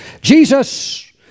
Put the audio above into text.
Jesus